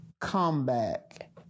comeback